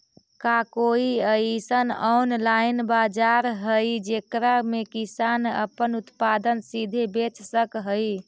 का कोई अइसन ऑनलाइन बाजार हई जेकरा में किसान अपन उत्पादन सीधे बेच सक हई?